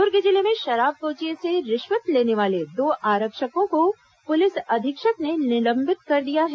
दुर्ग जिले में शराब कोचिए से रिश्वत लेने वाले दो आरक्षकों को पुलिस अधीक्षक ने निलंबित कर दिया है